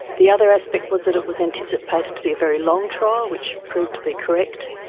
the other aspect was that it was anticipated to be a very long trial, which proved to be correct.